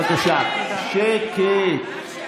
בבקשה שקט.